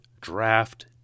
draft